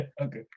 okay